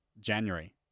January